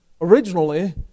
originally